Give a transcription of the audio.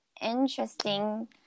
interesting